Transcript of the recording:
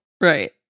Right